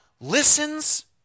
listens